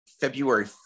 February